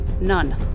None